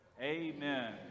amen